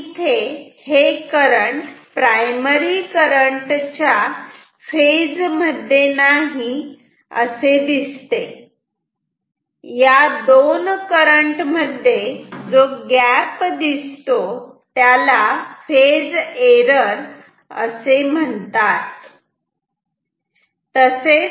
आणि इथे हे करंट प्रायमरी करंट च्या फेज मध्ये नाही असे दिसते या दोन करंट मध्ये जो गॅप दिसतो त्याला फेज एरर असे म्हणतात